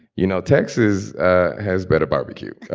you know, texas has better barbecue.